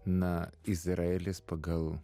na izraelis pagal